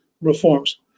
reforms